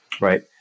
Right